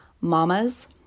Mamas